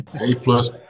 A-plus